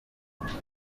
zifite